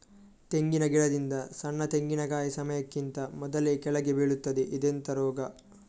ತೆಂಗಿನ ಗಿಡದಿಂದ ಸಣ್ಣ ತೆಂಗಿನಕಾಯಿ ಸಮಯಕ್ಕಿಂತ ಮೊದಲೇ ಕೆಳಗೆ ಬೀಳುತ್ತದೆ ಇದೆಂತ ರೋಗ?